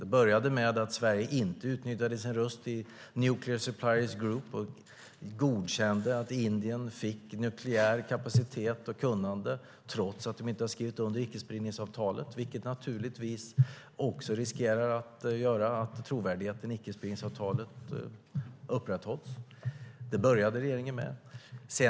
Det började med att Sverige inte utnyttjade sin röst i Nuclear Suppliers Group och godkände att Indien fick nukleär kapacitet och kunnande trots att man inte har skrivit under icke spridningsavtalet. Detta riskerar naturligtvis att leda till att trovärdigheten i icke-spridningsavtalet inte kan upprätthållas. Detta var vad regeringen började med.